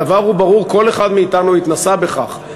הדבר ברור, כל אחד מאתנו התנסה בכך.